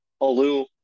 Alu